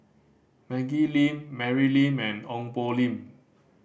Maggie Lim Mary Lim and Ong Poh Lim